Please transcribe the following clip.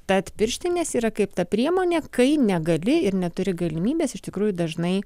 tad pirštinės yra kaip ta priemonė kai negali ir neturi galimybės iš tikrųjų dažnai